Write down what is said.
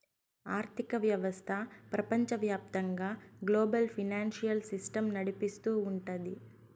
ఆర్థిక వ్యవస్థ ప్రపంచవ్యాప్తంగా గ్లోబల్ ఫైనాన్సియల్ సిస్టమ్ నడిపిస్తూ ఉంటది